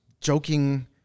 Joking